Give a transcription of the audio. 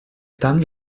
tant